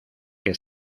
que